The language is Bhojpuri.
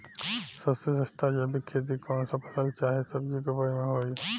सबसे सस्ता जैविक खेती कौन सा फसल चाहे सब्जी के उपज मे होई?